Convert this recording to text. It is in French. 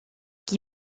qui